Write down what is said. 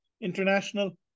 international